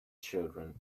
children